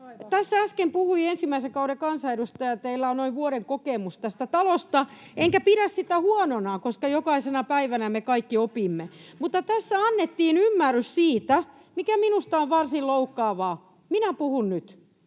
Tässä äsken puhui ensimmäisen kauden kansanedustaja. Teillä on noin vuoden kokemus tästä talosta, enkä pidä sitä huonona, koska jokaisena päivänä me kaikki opimme. [Karoliina Partasen välihuuto] Mutta tässä annettiin ymmärrys siitä, mikä minusta on varsin loukkaavaa... — Minä puhun nyt.